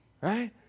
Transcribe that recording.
right